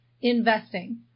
Investing